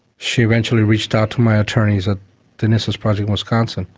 she eventually reached out to my attorneys at the innocence project wisconsin.